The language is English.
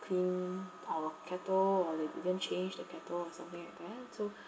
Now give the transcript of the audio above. clean our kettle or they didn't change the kettle or something like that so